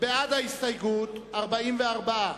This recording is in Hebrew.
בעד ההסתייגות, 44,